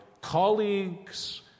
colleagues